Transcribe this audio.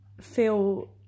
feel